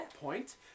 point